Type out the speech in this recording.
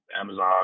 Amazon